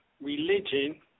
religion